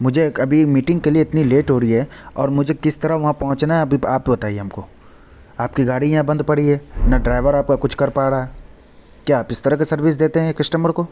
مجھے ایک ابھی میٹنگ کے لیے اتنی لیٹ ہو رہی ہے اور مجھے کس طرح وہاں پہنچنا ہے اب آپ بتائیے ہم کو آپ کی گاڑی یہاں بند پڑی ہے نہ ڈرائیور آپ کا کچھ کر پا رہا ہے کیا آپ اِس طرح کا سروس دیتے ہیں کسٹمر کو